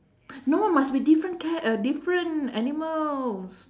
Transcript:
no must be different cat uh different animals